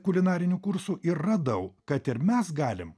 kulinarinių kursų ir radau kad ir mes galim